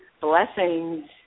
blessings